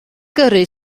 gyrru